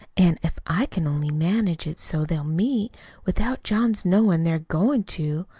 an' if i can only manage it so they'll meet without john's knowin' they're goin' to,